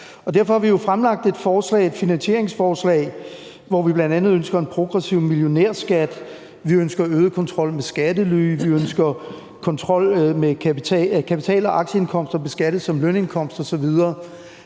Derfor har vi jo fremlagt et finansieringsforslag, hvor vi bl.a. ønsker en progressiv millionærskat. Vi ønsker øget kontrol med skattely; vi ønsker, at kapital- og aktieindkomster beskattes som lønindkomster osv.